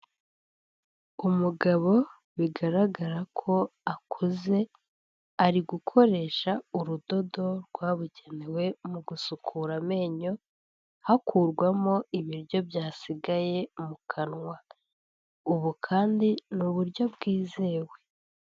Umugabo bigaragara ko akuze ari gukoresha urudodo rwabugenewe mu gusukura amenyo hakurwamo ibiryo byasigaye mu kanwa, ubu kandi ni uburyo bwizewe.